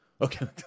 Okay